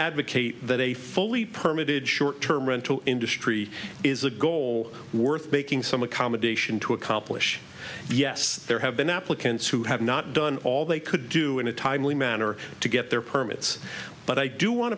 advocate that a fully permit it short term rental industry is a goal worth making some accommodation to accomplish yes there have been applicants who have not done all they could do in a timely manner to get their permits but i do want